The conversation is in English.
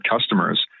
customers